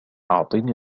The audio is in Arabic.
أعطني